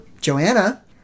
Joanna